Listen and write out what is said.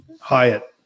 Hyatt